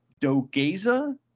Dogeza